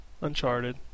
Uncharted